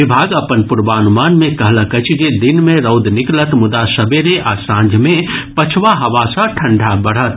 विभाग अपन पूर्वानुमान मे कहलक अछि जे दिन मे रौद निकलत मुदा सबेरे आ सांझ मे पछवा हवा सॅ ठंडा बढत